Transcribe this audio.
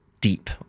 deep